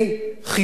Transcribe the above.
בריאות,